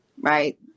right